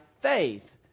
faith